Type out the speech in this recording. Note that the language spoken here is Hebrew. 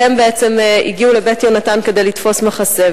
והם בעצם הגיעו ל"בית יהונתן" כדי לתפוס מחסה.